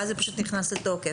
ואז זה פשוט נכנס לתוקף.